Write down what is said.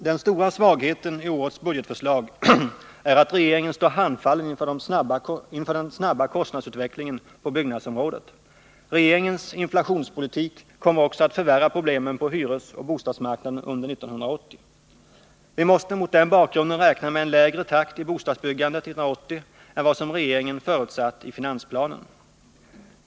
Den stora svagheten i årets budgetförslag är att regeringen står handfallen inför den snabba kostnadsutvecklingen på byggnadsområdet. Regeringens inflationspolitik kommer också att förvärra problemen på hyresoch bostadsmarknaden under 1980. Vi måste mot den bakgrunden räkna med en lägre takt i bostadsbyggandet 1980 än vad regeringen förutsatt i finansplanen.